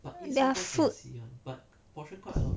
their food